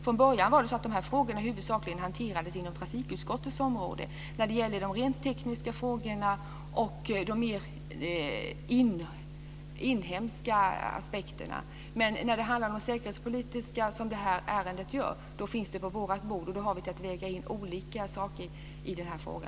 Från början hanterades de här frågorna huvudsakligen inom trafikutskottets område när det gäller rent tekniska frågor och mer inhemska aspekter. Men när det handlar om säkerhetspolitiska frågor, som det här ärendet gör, finns de frågorna på vårt bord och då har vi att lägga in olika saker i detta.